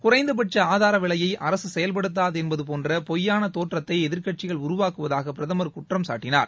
குறைந்த பட்ச ஆதார விலையை அரசு செயல்படுத்தாது என்பது போன்ற பொய்யான தோற்றத்தை எதிர்க்கட்சிகள் உருவாக்குவதாக பிரதமர் குற்றம் சாட்டினார்